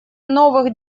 новых